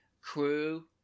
crew